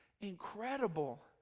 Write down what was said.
incredible